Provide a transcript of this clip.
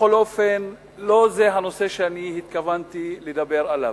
בכל אופן, לא זה הנושא שאני התכוונתי לדבר עליו.